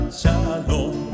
shalom